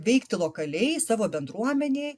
veikti lokaliai savo bendruomenėj